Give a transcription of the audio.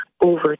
over